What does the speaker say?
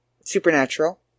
Supernatural